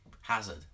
Hazard